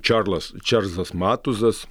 čarlas čarlzas matuzas